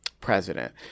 president